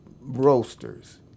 roasters